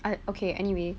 I okay anyway